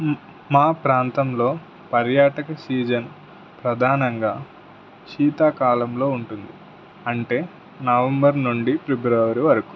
మా ప్రాంతంలో పర్యాటక సీజన్ ప్రధానంగా శీతాకాలంలో ఉంటుంది అంటే నవంబర్ నుండి ఫిబ్రవరి వరకు